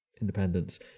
independence